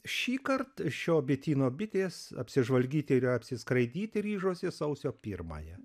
šįkart šio bityno bitės apsižvalgyti ir apsiskraidyti ryžosi sausio pirmąją